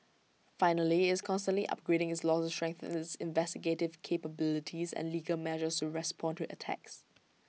finally is constantly upgrading its laws to strengthen its investigative capabilities and legal measures respond to attacks